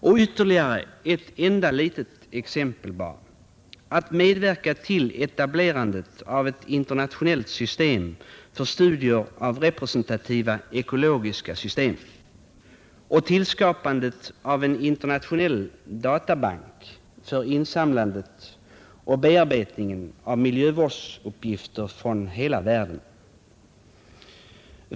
Jag vill bara nämna ytterligare ett exempel: medverkan till etablerandet av ett internationellt system för studier av representativa ekologiska system och tillskapandet av en internationell databank för insamlandet och bearbetningen av miljövårdsuppgifter från hela världen.